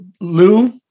Lou